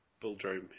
bulldrome